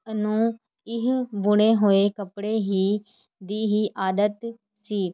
ਨੂੰ ਇਹ ਬੁਣੇ ਹੋਏ ਕੱਪੜੇ ਹੀ ਦੀ ਹੀ ਆਦਤ ਸੀ